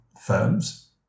firms